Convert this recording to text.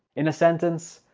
in a sentence,